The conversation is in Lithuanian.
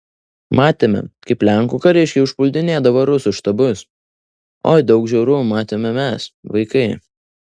matėme kaip lenkų kariškiai užpuldinėdavo rusų štabus oi daug žiaurumų matėme mes vaikai